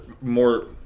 more